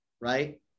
Right